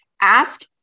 Ask